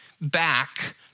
back